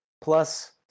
plus